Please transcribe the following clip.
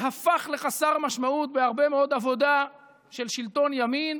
שהפך לחסר משמעות בהרבה מאוד עבודה של שלטון ימין,